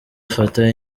afata